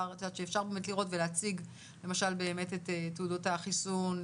שאפשר לראות ולהציג למשל את תעודות החיסון,